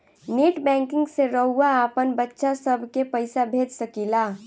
net banking से रउआ आपन बच्चा सभ के पइसा भेज सकिला